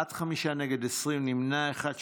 בעד, חמישה, נגד, 20, נמנע אחד.